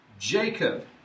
Jacob